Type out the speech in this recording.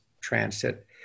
transit